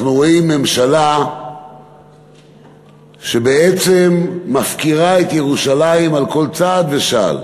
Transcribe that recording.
אנחנו רואים ממשלה שבעצם מפקירה את ירושלים על כל צעד ושעל.